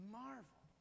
marvel